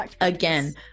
again